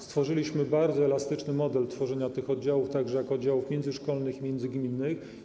Stworzyliśmy bardzo elastyczny model tworzenia tych oddziałów, także jako oddziałów międzyszkolnych i międzygminnych.